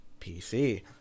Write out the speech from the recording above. PC